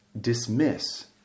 dismiss